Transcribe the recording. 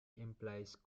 implies